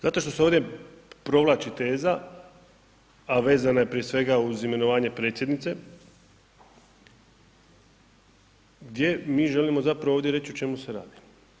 Zato što se ovdje provlači teza, a vezana je prije svega uz imenovanje predsjednice, gdje mi želimo zapravo ovdje reći o čemu se radi.